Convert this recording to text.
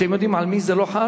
אתם יודעים על מי זה לא חל?